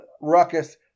ruckus